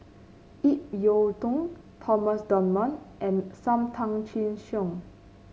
Ip Yiu Tung Thomas Dunman and Sam Tan Chin Siong